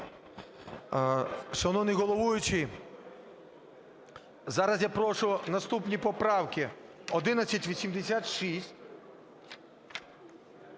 Шановний головуючий! Зараз я прошу наступні поправки: